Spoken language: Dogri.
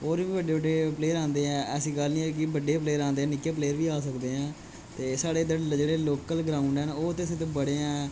होर बी बड़े बड़े पलेर आंदे ऐसी गल्ल नीं ऐ कि बड़े पलेर गै आंदे निक्के प्लेर बी आ सकदे ऐं साढ़े जेह्ड़े इधर लोक्ल ग्रोउड ऐ ओह् ते बड़े ऐं